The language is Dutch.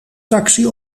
taxi